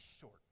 short